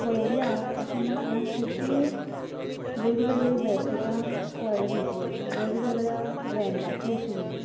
पळोवया अशें म्हण हांवेन खुबशीं वेगवेगळीं बेडशीटां पळयलीं वेगवेगळ्या ब्रेंडाचीं आशिल्लीं